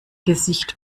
gesicht